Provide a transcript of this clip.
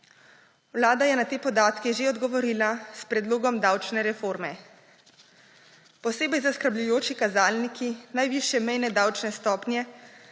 Vlada je na te podatke že odgovorila s predlogom davčne reforme. Posebej zaskrbljujoči kazalniki najvišje mejne davčne stopnje,